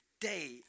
day